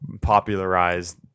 popularized